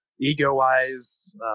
ego-wise